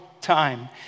time